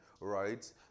right